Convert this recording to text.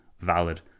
valid